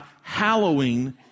hallowing